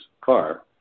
car